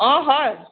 অ' হয়